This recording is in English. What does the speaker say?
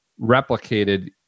replicated